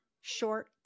short